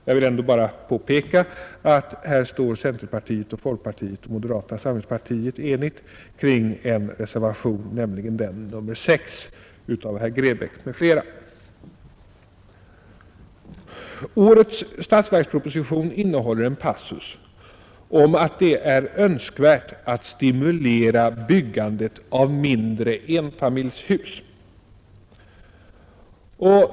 Jag vill ändå bara påpeka att här står centerpartiet, folkpartiet och moderata samlingspartiet enigt kring en reservation, nämligen nr 6 av herr Grebäck m.fl. Årets statsverksproposition innehåller en passus om att det är önskvärt att stimulera byggandet av mindre enfamiljshus.